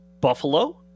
Buffalo